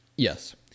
Yes